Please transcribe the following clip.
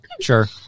Sure